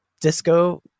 disco